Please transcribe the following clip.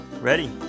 Ready